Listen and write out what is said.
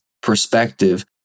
perspective